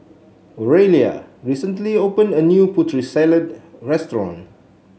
Oralia recently opened a new Putri Salad restaurant